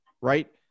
right